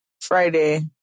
Friday